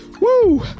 Woo